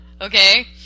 okay